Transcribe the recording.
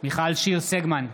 מיכל שיר סגמן,